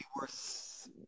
worth